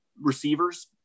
receivers